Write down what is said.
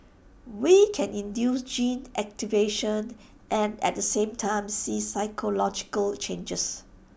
we can induce gene activation and at the same time see physiological changes